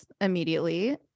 immediately